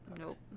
Nope